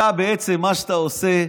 אתה, מה שאתה עושה,